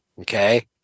Okay